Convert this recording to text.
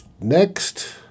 next